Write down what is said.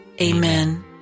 Amen